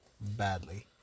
badly